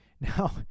Now